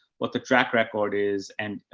what the track record is and, ah,